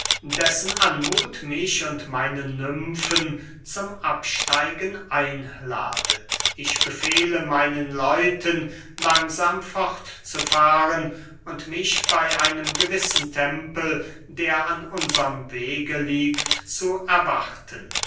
dessen anmuth mich und meine nymfen zum absteigen einladet ich befehle meinen leuten langsam fortzufahren und mich bey einem gewissen tempel der an unserm wege liegt zu erwarten